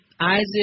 Isaac